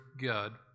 God